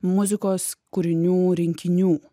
muzikos kūrinių rinkinių